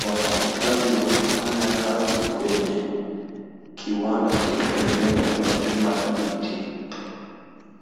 Wafanyikazi wanafanya kazi kwenye kiwanda kilichojengwa kwa chuma dhabiti.